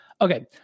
Okay